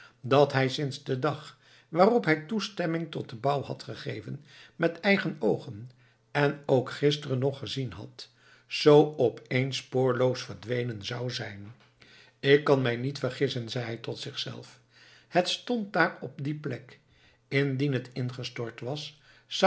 dat hij sinds den dag waarop hij toestemming tot den bouw had gegeven met eigen oogen en ook gisteren nog gezien had zoo op eens spoorloos verdwenen zou zijn ik kan mij niet vergissen zei hij tot zich zelf het stond daar op die plek indien het ingestort was